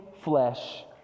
flesh